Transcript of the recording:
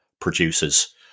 producers